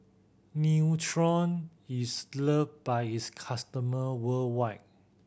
Nutren is loved by its customer worldwide